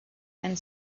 and